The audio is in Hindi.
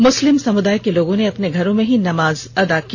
मुस्लिम समुदाय के लोगों ने अपने घरों में ही नमाज अदा किया